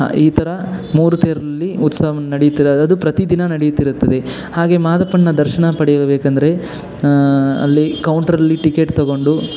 ಈ ಥರ ಮೂರು ತೇರಲ್ಲಿ ಉತ್ಸವ ನಡೆಯುತ್ತದೆ ಅದು ಪ್ರತಿದಿನ ನಡೆಯುತ್ತಿರುತ್ತದೆ ಹಾಗೇ ಮಾದಪ್ಪನ ದರ್ಶನ ಪಡೆಯಬೇಕಂದ್ರೆ ಅಲ್ಲಿ ಕೌಂಟ್ರಲ್ಲಿ ಟಿಕೆಟ್ ತಗೊಂಡು